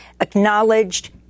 acknowledged